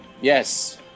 Yes